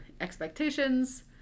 expectations